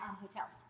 hotels